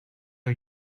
are